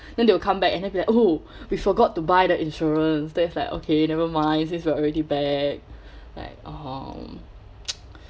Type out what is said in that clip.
then they will come back and they'll be like oh we forgot to buy the insurance then it's like okay never mind since we're already back like um